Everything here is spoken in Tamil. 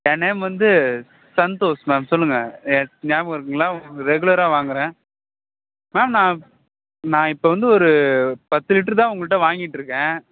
என் நேம் வந்து சந்தோஷ் மேம் சொல்லுங்க எ ஞாபகம் இருக்குங்களா ரெகுலராக வாங்கிறேன் மேம் நான் நான் இப்போ வந்து ஒரு பத்து லிட்ரு தான் உங்கள்கிட்ட வாங்கிட்ருக்கேன்